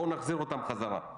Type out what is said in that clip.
בואו נחזיר אותם חזרה.